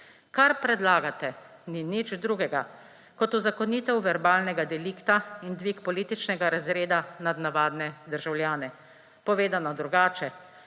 Kar predlagate, ni nič drugega kot uzakonitev verbalnega delikta in dvig političnega razreda nad navadne državljane. Povedano drugače,